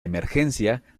emergencia